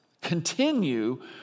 continue